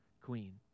queen